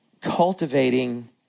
cultivating